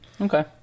Okay